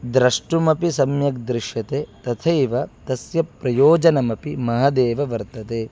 द्रष्टुमपि सम्यक् दृश्यते तथैव तस्य प्रयोजनमपि महदेव वर्तते